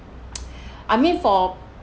I mean for